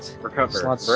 Recover